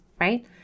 right